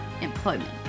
employment